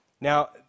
Now